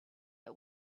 but